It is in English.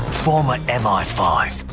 former m i five.